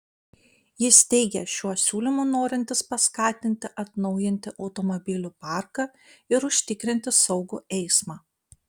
jis teigia šiuo siūlymu norintis paskatinti atnaujinti automobilių parką ir užtikrinti saugų eismą